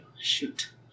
Shoot